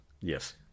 Yes